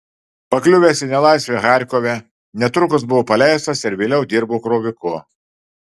pakliuvęs į nelaisvę charkove netrukus buvo paleistas ir vėliau dirbo kroviku